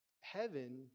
heaven